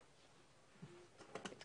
לעשות